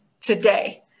today